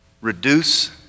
reduce